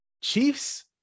Chiefs